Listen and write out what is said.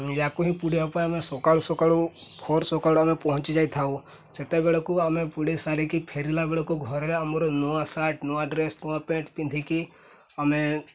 ୟାକୁ ହିଁ ପୋଡ଼ିବା ପାଇଁ ଆମେ ସକାଳୁ ସକାଳୁ ଭୋର୍ ସକାଳୁ ଆମେ ପହଞ୍ଚିଯାଇଥାଉ ସେତେବେଳକୁ ଆମେ ପୋଡ଼ି ସାରିକି ଫେରିଲା ବେଳକୁ ଘରେ ଆମର ନୂଆ ସାର୍ଟ ନୂଆ ଡ୍ରେସ୍ ନୂଆ ପେଣ୍ଟ ପିନ୍ଧିକି ଆମେ